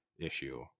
issue